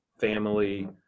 family